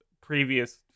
previous